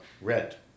red